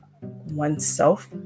oneself